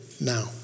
now